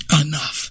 Enough